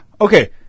okay